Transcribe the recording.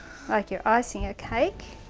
like you're icing a cake